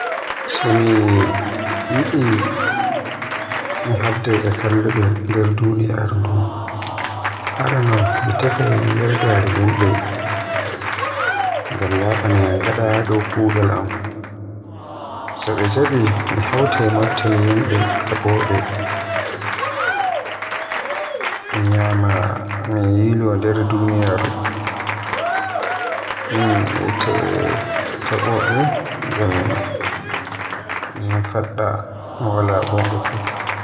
So ni mi habdaay e kallube nder duniyaaru aramin mi tefai yardaare yimbe ngam yabanaayam gada a dow kuugal am. So be njaabi sai mi hawta mobtal yimbe kabowobe min maaya nder duniyaaru mi tefoyaabe ngam min fadda mo wala gonga fuf.